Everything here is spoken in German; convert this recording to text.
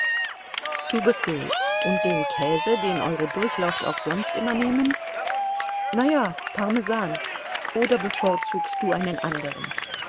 zu befehl und den käse den euer durchlaucht auch sonst immer nehmen na ja parmesan oder bevorzugst du einen anderen